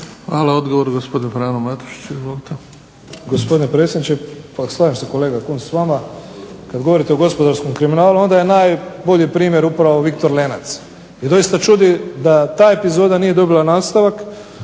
Hvala. Odgovor, gospodin Frano Matušić.